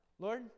Lord